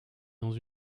dans